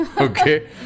Okay